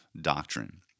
doctrine